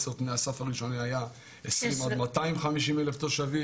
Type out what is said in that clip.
התשפ"ב- 2022. יציג מהמשרד לביטחון פנים,